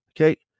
okay